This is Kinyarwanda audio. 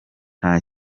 nta